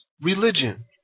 religion